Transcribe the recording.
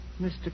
Mr